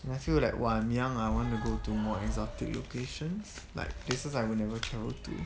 and I feel like while I'm young I wanna go to more exotic locations like places I will never travel to